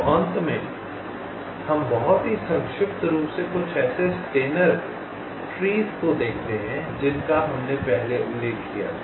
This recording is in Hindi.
तो अंत में हम बहुत ही संक्षिप्त रूप से कुछ ऐसे स्टेनर वृक्षों को देखते हैं जिनका हमने पहले उल्लेख किया था